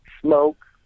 smoke